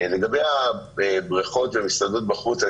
לגבי הבריכות ומסעדות בחוץ,